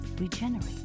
Regenerate